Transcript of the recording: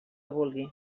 vulgui